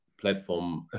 Platform